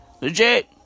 legit